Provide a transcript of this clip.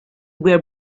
were